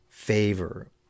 favor